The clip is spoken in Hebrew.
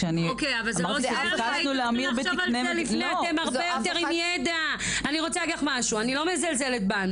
כשאמרתי שביקשתנו להמיר בתקני מדינה --- זה לא עוזר לי.